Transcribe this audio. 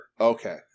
Okay